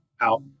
out